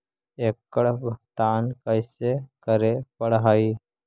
एकड़ भुगतान कैसे करे पड़हई?